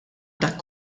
dak